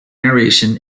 narration